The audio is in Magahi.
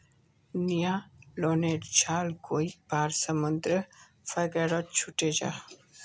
न्य्लोनेर जाल कई बार समुद्र वगैरहत छूटे जाह